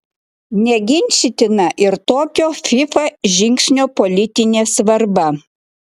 neginčytina ir tokio fifa žingsnio politinė svarba